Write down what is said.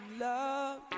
Love